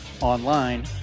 online